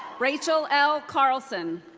rachel l. carlson.